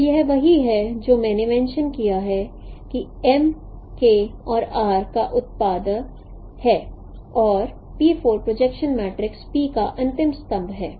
तो यह वही है जो मैंने मेंशंड किया है कि M K और R का उत्पाद है और प्रोजेक्शन मैट्रिक्स P का अंतिम स्तंभ है